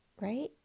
Right